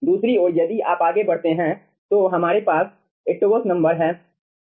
दूसरी ओर यदि आप आगे बढ़ते हैं तो हमारे पास ईटवोस नंबर हैं